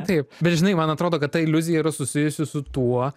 taip bet žinai man atrodo kad ta iliuzija yra susijusi su tuo